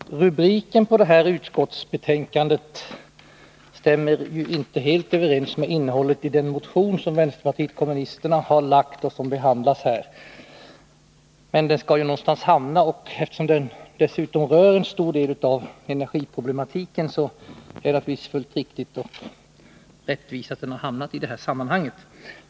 Herr talman! Rubriken på detta betänkande stämmer inte helt med innehållet i den motion som vänsterpartiet kommunisterna har väckt och som behandlas i betänkandet. Men motionen skall ju någonstans hamna, och eftersom den dessutom berör en stor del av energiproblematiken är det naturligtvis fullt riktigt och rättvist att den har hamnat i detta sammanhang.